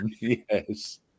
Yes